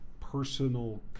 personal